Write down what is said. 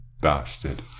bastard